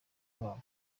babo